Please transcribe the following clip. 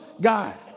God